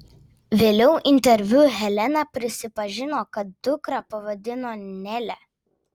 vėliau interviu helena prisipažino kad dukrą pavadino nele